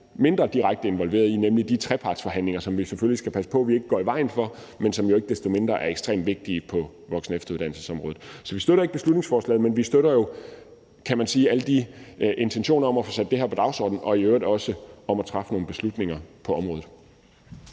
mindre direkte involveret i, nemlig de trepartsforhandlinger, som vi selvfølgelig skal passe på vi ikke går i vejen for, men som jo ikke desto mindre er ekstremt vigtige på voksen- og efteruddannelsesområdet. Så vi støtter ikke beslutningsforslaget, men vi støtter jo alle de intentioner om at få sat det her på dagsordenen og i øvrigt også om at træffe nogle beslutninger på området.